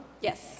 Yes